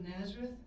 Nazareth